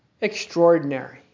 Extraordinary